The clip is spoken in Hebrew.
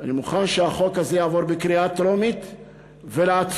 אני מוכן שהחוק הזה יעבור בקריאה טרומית וייעצר,